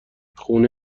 خونه